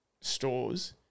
stores